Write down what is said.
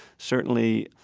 certainly,